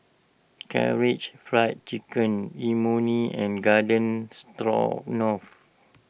Karaage Fried Chicken Imoni and Garden Stroganoff